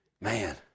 man